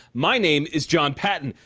my name is jon patton.